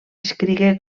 escrigué